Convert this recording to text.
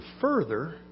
further